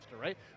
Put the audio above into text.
right